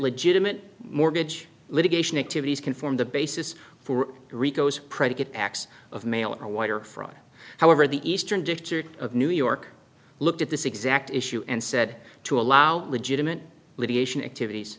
legitimate mortgage litigation activities can form the basis for rico's predicate acts of mail or wire fraud however the eastern district of new york looked at this exact issue and said to allow legitimate litigation activities